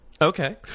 okay